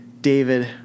David